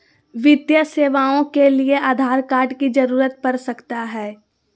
वित्तीय सेवाओं के लिए आधार कार्ड की जरूरत पड़ सकता है?